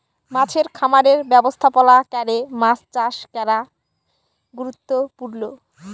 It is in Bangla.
মাছের খামারের ব্যবস্থাপলা ক্যরে মাছ চাষ ক্যরা গুরুত্তপুর্ল